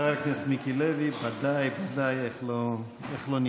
חבר הכנסת מיקי לוי, ודאי ודאי, איך לא ניחשתי.